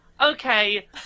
okay